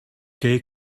gay